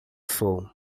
sul